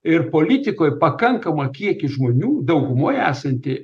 ir politikoj pakankamą kiekį žmonių daugumoj esantį